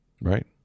Right